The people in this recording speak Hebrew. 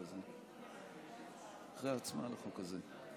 היושב-ראש, כנסת